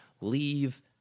leave